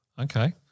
Okay